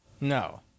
No